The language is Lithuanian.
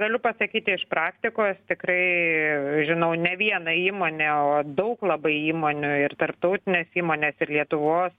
galiu pasakyti iš praktikos tikrai žinau ne vieną įmonę o daug labai įmonių ir tarptautinės įmonės ir lietuvos